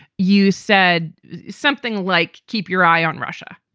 you said something like, keep your eye on russia.